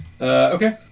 Okay